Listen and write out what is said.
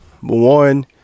one